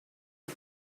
are